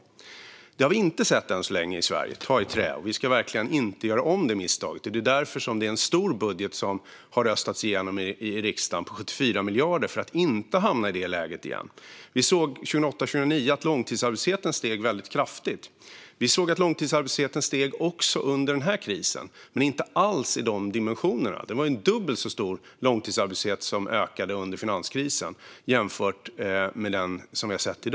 Detta har vi inte sett i Sverige än så länge - ta i trä. Vi ska verkligen inte göra om det misstaget, och det är för att vi inte ska hamna i det läget igen som en stor budget - på 74 miljarder - har röstats igenom i riksdagen. Vi såg att långtidsarbetslösheten steg väldigt kraftigt 2008-2009. Vi har sett att långtidsarbetslösheten stigit också under denna kris, men dimensionerna är inte alls desamma - det var en dubbelt så stor långtidsarbetslöshet som ökade under finanskrisen jämfört med den som vi har sett nu.